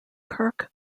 kirk